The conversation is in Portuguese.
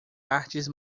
artes